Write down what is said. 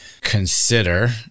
consider